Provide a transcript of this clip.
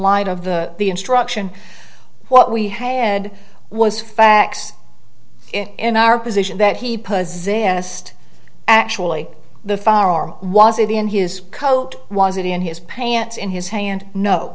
light of the instruction what we had was facts in our position that he possessed actually the firearm was it in his coat was it in his pants in his hand no